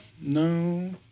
no